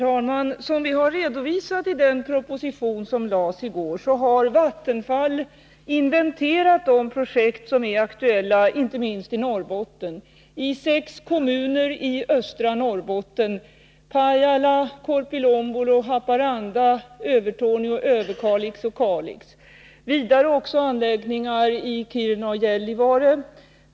Herr talman! Som vi har redovisat i den proposition som lades fram i går har Vattenfall inventerat de projekt som är aktuella, inte minst i Norrbotten. Det gäller sex kommuner i östra Norrbotten — Pajala, Korpilombolo, Haparanda, Övertorneå, Överkalix och Kalix. Vidare är det anläggningar i Kiruna och Gällivare.